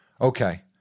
Okay